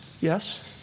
Yes